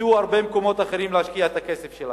ימצאו הרבה מקומות אחרים להשקיע בהם